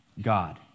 God